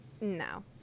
no